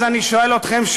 אז אני שואל אתכם: